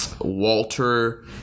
Walter